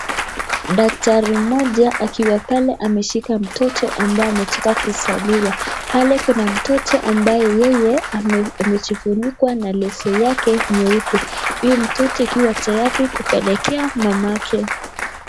Daktari moja akiwa pale ameshika mtoto ambaye ametoka kuzaliwa, pale kuna mtoto ambaye yeye amejifunikwa na leso yake nyeupe huyu mtoto akiwa tayari kupelekea mamake.